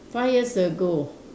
five years ago